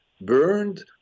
burned